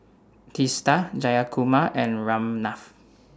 Teesta Jayakumar and Ramnath